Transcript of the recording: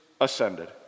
ascended